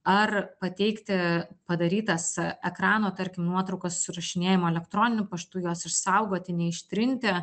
ar pateikti padarytas ekrano tarkim nuotraukas susirašinėjimo elektroniniu paštu juos išsaugoti neištrinti